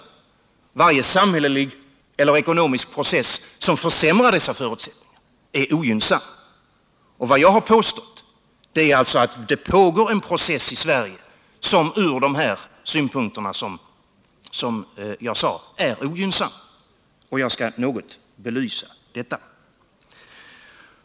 Varje samhällelig eller ekonomisk process som försämrar dessa förutsättningar är ogynnsam. Vad jag har påstått är alltså att det pågår en process i Sverige som från de synpunkter jag nu nämnt är ogynnsam. Jag skall något belysa detta.